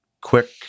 quick